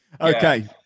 okay